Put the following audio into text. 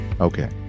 Okay